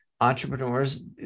entrepreneurs